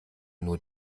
nur